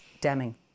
damning